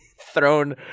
thrown